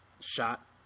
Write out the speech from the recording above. shot